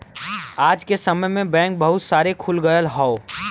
आज के समय में बहुत सारे बैंक खुल गयल हौ